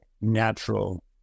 natural